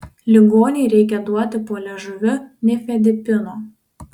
ligonei reikia duoti po liežuviu nifedipino